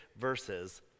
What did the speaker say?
verses